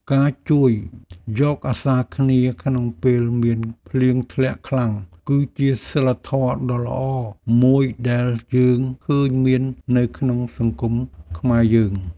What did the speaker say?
ការជួយយកអាសារគ្នាក្នុងពេលមានភ្លៀងធ្លាក់ខ្លាំង គឺជាសីលធម៌ដ៏ល្អមួយដែលយើងឃើញមាននៅក្នុងសង្គមខ្មែរយើង។